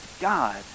God